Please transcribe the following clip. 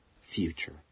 future